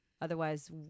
Otherwise